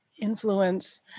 influence